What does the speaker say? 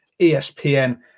ESPN